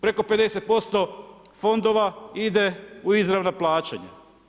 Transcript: Preko 50% fondova ide u izravna plaćanja.